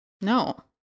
No